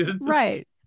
Right